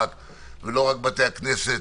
ולא רק בתי הכנסת.